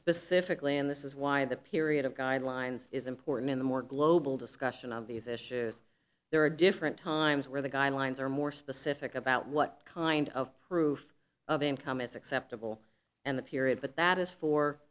specifically and this is why the period of guidelines is important in the more global discussion of these issues there are different times where the guidelines are more specific about what kind of proof of income is acceptable and the period but that is for